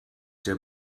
der